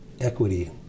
equity